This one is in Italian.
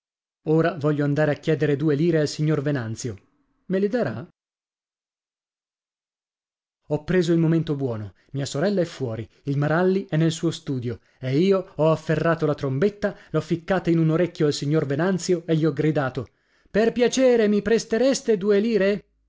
ora voglio andare a chiedere due lire al signor venanzio me le darà ho preso il momento buono mia sorella è fuori il maralli è nel suo studio e io ho afferrato la trombetta l'ho ficcata in un orecchio al signor venanzio e gli ho gridato per piacere mi prestereste due lire